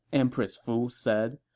empress fu said.